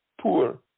poor